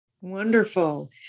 Wonderful